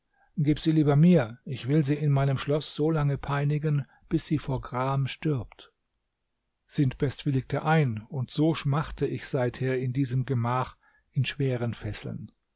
gib sie lieber mir ich will sie in meinem schloß so lange peinigen bis sie vor gram stirbt sintbest willigte ein und so schmachte ich seither in diesem gemach in schweren fesseln